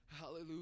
hallelujah